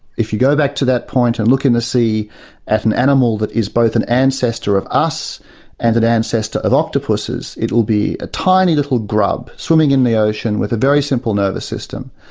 if you go back to that point and look in the sea at an animal that is both an ancestor of us and an ancestor of octopuses, it'll be a tiny little grub, swimming in the ocean with a very simple nervous system,